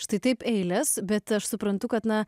štai taip eiles bet aš suprantu kad na